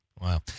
Wow